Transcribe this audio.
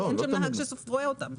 אין שם נהג שסופר אותם.